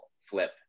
flip